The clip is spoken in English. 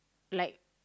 like